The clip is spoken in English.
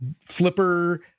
flipper